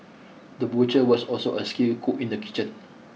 the butcher was also a skilled cook in the kitchen